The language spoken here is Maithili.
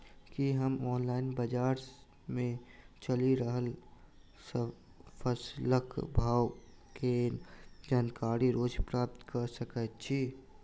की हम ऑनलाइन, बजार मे चलि रहल फसलक भाव केँ जानकारी रोज प्राप्त कऽ सकैत छी?